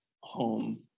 home